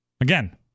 Again